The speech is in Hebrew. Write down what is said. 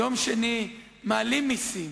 יום שני מעלים מסים.